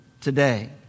today